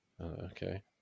okay